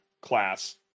class